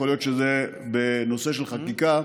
יכול להיות שזה נושא של חקיקה.